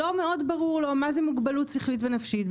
לא מאוד ברור לו מה זה מוגבלות שכלית או נפשית.